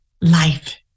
life